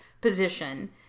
position